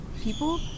people